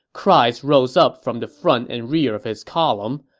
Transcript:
cries rose up from the front and rear of his column.